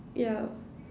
yeah